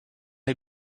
est